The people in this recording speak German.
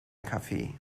kaffee